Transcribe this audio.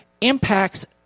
impacts